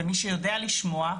מי שיודע לשמוע,